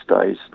days